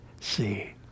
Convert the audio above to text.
See